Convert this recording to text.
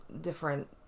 different